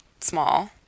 small